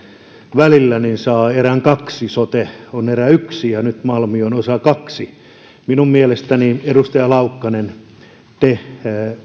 välillä saa erän kaksi sote on erä yksi ja nyt malmi on osa toisen minun mielestäni edustaja laukkanen te